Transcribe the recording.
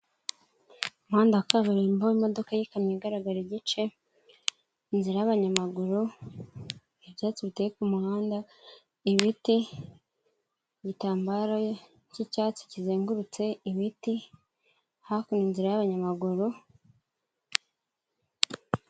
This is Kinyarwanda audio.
Umuhanda wa kaburimbo, imodoka y'ikamyo igaragara igice, inzira y'abanyamaguru, ibyatsi biteye ku muhanda, ibiti, igitambaro cy'icyatsi kizengurutse ibiti hakurya inzira y'abanyamaguru.